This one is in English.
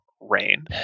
Rain